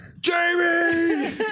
Jamie